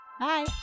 bye